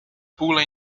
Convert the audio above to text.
pula